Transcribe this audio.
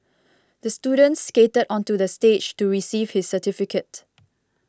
the student skated onto the stage to receive his certificate